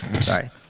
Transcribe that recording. Sorry